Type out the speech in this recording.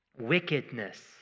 Wickedness